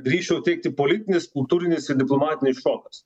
drįsčiau teigti politinis kultūrinis ir diplomatinis šokas